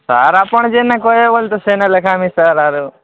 sir ଆପଣ୍ ଯେନେ କହିବେ ବୋଲେ ତ ସେନେ ଲେଖାମି ସାର୍ ଆରୁ